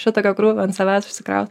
šiokio tokio krūvio ant savęs užsikraut